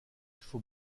faut